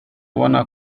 ubona